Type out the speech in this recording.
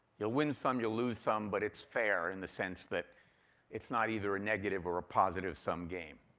you'll win some, you'll lose some, but it's fair in the sense that it's not either a negative or positive sum game.